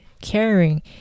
caring